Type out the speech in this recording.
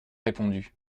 répondu